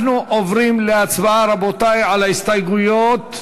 אנחנו עוברים להצבעה, רבותי, על ההסתייגויות.